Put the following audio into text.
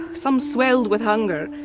some swelled with hunger.